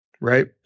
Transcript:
Right